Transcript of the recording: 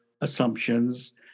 assumptions